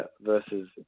versus